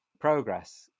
progress